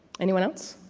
anyone else?